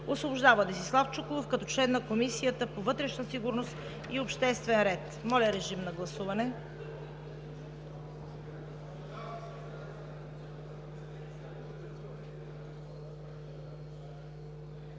Освобождава Десислав Чуколов като член на Комисията по вътрешна сигурност и обществен ред.“ Моля, режим на гласуване.